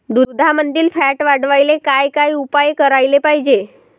दुधामंदील फॅट वाढवायले काय काय उपाय करायले पाहिजे?